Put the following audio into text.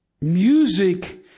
Music